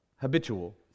habitual